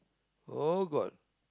oh god